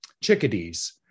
chickadees